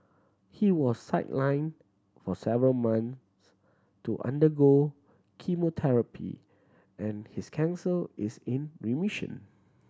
he was sidelined for several months to undergo chemotherapy and his cancer is in remission